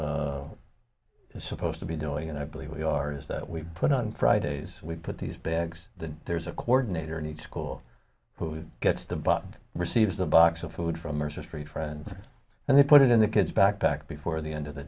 the supposed to be doing and i believe we are is that we put on fridays we put these bags there's a coordinator in each school who gets the button receives a box of food from mars just for a friend and they put it in the kid's backpack before the end of the